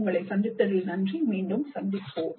உங்களை சந்தித்ததில் நன்றி மீண்டும் சந்திப்போம்